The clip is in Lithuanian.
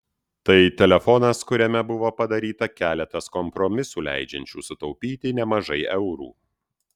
tai telefonas kuriame buvo padaryta keletas kompromisų leidžiančių sutaupyti nemažai eurų